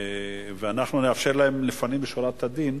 ואנחנו נאפשר להן לפנים משורת הדין,